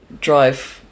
drive